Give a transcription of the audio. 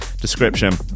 Description